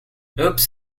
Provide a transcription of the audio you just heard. oops